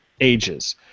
ages